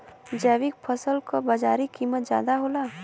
जैविक फसल क बाजारी कीमत ज्यादा होला